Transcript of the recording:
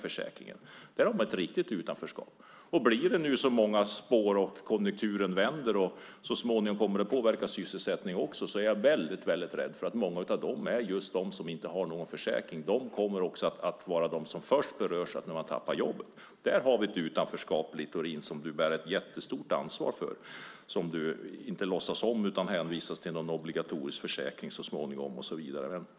Där har vi ett riktigt utanförskap. Vänder nu konjunkturen som många spår kommer även sysselsättningen att påverkas, och jag är väldigt rädd att många av dem som inte har någon försäkring kommer att vara de som först berörs när man tappar jobb. Där har vi ett utanförskap, Littorin, som du bär ett jättestort ansvar för. Det låtsas du inte om utan hänvisar till en obligatorisk försäkring så småningom.